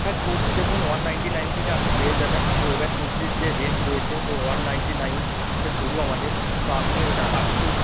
হ্যাঁ কুর্তি দেখুন one ninety nine থেকে আপনি পেয়ে যাবেন তো এবার কুর্তির যে রেঞ্জ রয়েছে তো ওয়ান নাইন্টি নাইন থেকে শুরু আমাদের তো আপনি ওটা আপটু